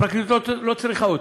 הפרקליטות לא צריכה אותי,